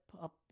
up